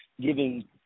giving